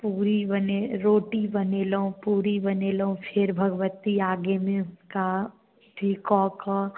पूड़ी बनेलहुँ रोटी बनेलहुँ पूड़ी बनेलहुँ फेर भगवत्ती आगेमे अथी कऽ कऽ